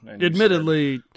admittedly